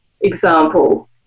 example